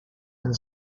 and